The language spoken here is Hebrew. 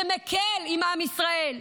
שמקל על עם ישראל,